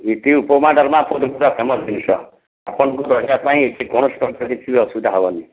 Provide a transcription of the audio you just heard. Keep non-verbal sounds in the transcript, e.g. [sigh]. ଏଠି ଉପମା ଡାଲମା ପୁରୀ ପୁରା ଫେମସ୍ ଜିନିଷ [unintelligible] ଆପଣଙ୍କୁ ରହିବା ପାଇଁ ଏଠି କୌଣସି ପ୍ରକାର କିଛି ଅସୁବିଧା ହେବନି